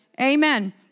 Amen